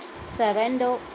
surrender